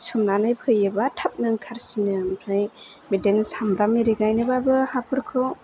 सोमनानै फोयोबा थाबनो ओंखारसिनो ओमफ्राय बिदिनो सामब्राम एरि गायनोबाबो हाफोरखौ